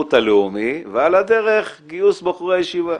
השירות הלאומי ועל הדרך גיוס בחורי הישיבה.